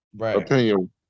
opinion